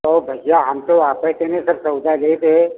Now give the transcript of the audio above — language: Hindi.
तो भैया हम तो आपय सेरे सब सौदा लेत हय